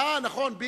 טיבי היה לפני, נכון.